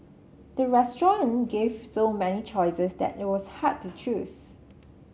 the restaurant gave so many choices that it was hard to choose